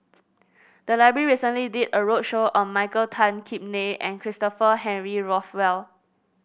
the library recently did a roadshow on Michael Tan Kim Nei and Christopher Henry Rothwell